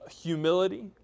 humility